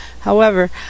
However